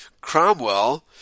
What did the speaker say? Cromwell